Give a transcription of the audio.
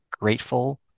grateful